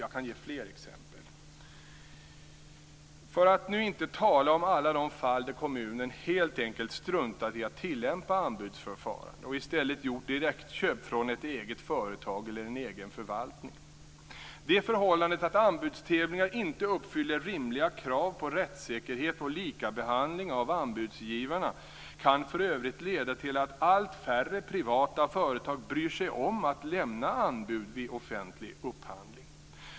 Jag kan ge flera exempel på det - för att nu inte tala om alla de fall där kommuner helt enkelt struntat i att tillämpa anbudsförfarande och i stället gjort direktköp från ett eget företag eller en egen förvaltning. Det förhållandet att anbudstävlingar inte uppfyller rimliga krav på rättssäkerhet och likabehandling av anbudsgivarna kan för övrigt leda till att allt färre privata företag bryr sig om att lämna anbud vid offentlig upphandling.